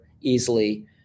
easily